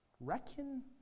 Reckon